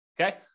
Okay